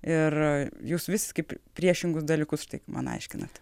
ir jūs vis kaip priešingus dalykus taip man aiškinat